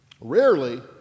Rarely